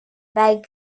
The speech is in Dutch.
bij